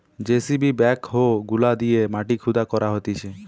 JCB backhoe গুলা দিয়ে মাটি খুদা করা হতিছে